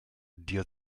dir